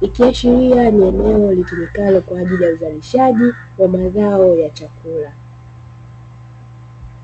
vikiashiria ni eneo litumikalo kwa ajili ya uzalishaji wa mazao ya chakula.